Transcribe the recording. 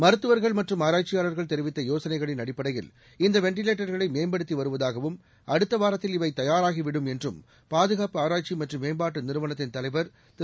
மருத்துவர்கள் மற்றும் ஆராய்ச்சியாளர்கள் தெரிவித்த யோசனைகளின் அடிப்படையில் இந்த வெண்டிலேட்டர்களை மேம்படுத்தி வருவதாகவும் அடுத்த வாரத்தில் இவை தயாராகிவிடு என்றும் பாதுகாப்பு ஆராய்ச்சி மற்றும் மேம்பாட்டு நிறுவனத்தின் தலைவர் திரு